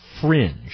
fringe